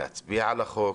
להצביע על החוק,